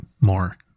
more